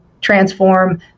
transform